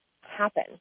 happen